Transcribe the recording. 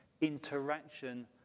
interaction